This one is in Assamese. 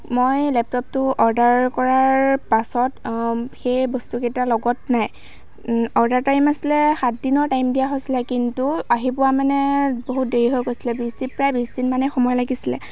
মই লেপটপটো অৰ্ডাৰ কৰাৰ পাছত সেই বস্তুকেইটা লগত নাই অৰ্ডাৰ টাইম আছিলে সাত দিনৰ টাইম দিয়া হৈছিলে কিন্তু আহি পোৱা মানে বহুত দেৰি হৈ গৈছিলে বিশ দিন প্ৰায় বিশ দিন মানেই সময় লাগিছিলে